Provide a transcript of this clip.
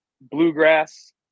bluegrass